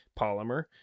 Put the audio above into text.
polymer